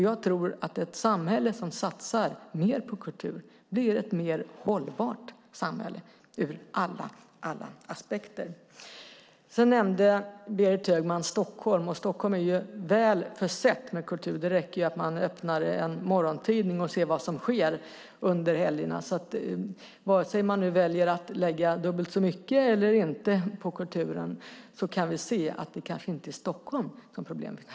Jag tror att ett samhälle som satsar mer på kultur blir ett mer hållbart samhälle ur alla aspekter. Berit Högman nämnde Stockholm. Stockholm är väl försett med kultur. Det räcker med att öppna en morgontidning för att se vad som sker under helgerna. Vare sig man väljer att lägga dubbelt så mycket eller inte på kulturen kan vi se att det kanske inte är i Stockholm som problemen finns.